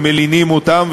ומלינים אותם,